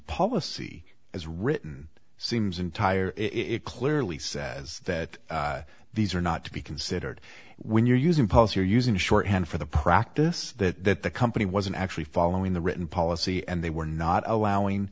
policy as written seems entire it clearly says that these are not to be considered when you're using policy or using shorthand for the practice that the company wasn't actually following the written policy and they were not allowing